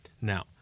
Now